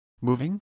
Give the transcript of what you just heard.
Moving